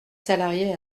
salariés